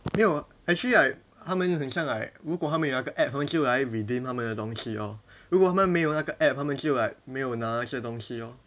没有 actually right 他们很像 like 如果他们有那个 app 他们就来 redeem 他们的东西咯如果他们没有那个 app 他们就 like 没有拿这些东西咯